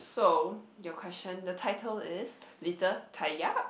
so your question the title is little